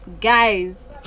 guys